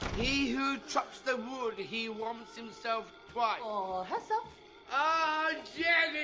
he who chops the wood, he warms himself twice. or herself. ah yeah